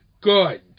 good